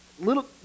little